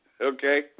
okay